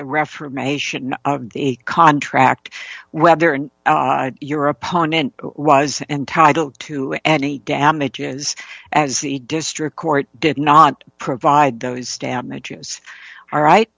reformation of the contract whether in your opponent was entitled to any damages as the district court did not provide those damages are right